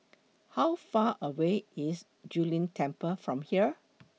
How Far away IS Zu Lin Temple from here